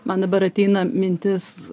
man dabar ateina mintis